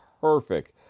perfect